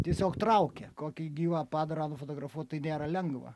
tiesiog traukia kokį gyvą padarą nufotografuot tai nėra lengva